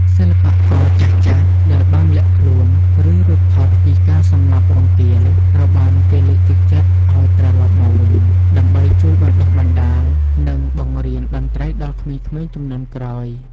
សិល្បករចាស់ៗដែលបានលាក់ខ្លួន ឬរួចផុតពីការសម្លាប់រង្គាល ត្រូវបានគេលើកទឹកចិត្តឱ្យត្រលប់មកវិញ ដើម្បីជួយបណ្តុះបណ្តាល និងបង្រៀនតន្ត្រីដល់ក្មេងៗជំនាន់ក្រោយ។